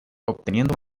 obteniendo